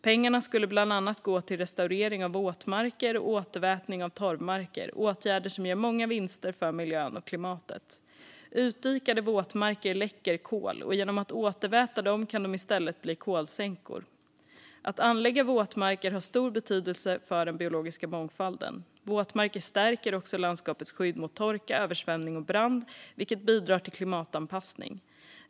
Pengarna skulle bland annat gå till restaurering av våtmarker och återvätning av torvmarker - åtgärder som ger många vinster för miljön och klimatet. Utdikade våtmarker läcker kol, och genom att återväta dem kan de i stället bli kolsänkor. Att anlägga våtmarker har stor betydelse för den biologiska mångfalden. Våtmarker stärker också landskapets skydd mot torka, översvämning och brand, vilket bidrar till klimatanpassning.